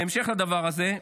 בהמשך לדבר הזה,